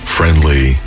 Friendly